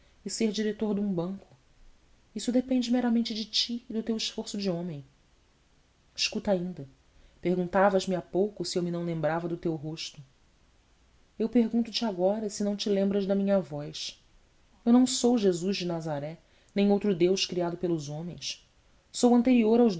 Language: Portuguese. e ser diretor de um banco isso depende meramente de ti e do teu esforço de homem escuta ainda perguntavasme há pouco se eu me não lembrava do teu rosto eu pergunto te agora se não te lembras da minha voz eu não sou jesus de nazaré nem outro deus criado pelos homens sou anterior aos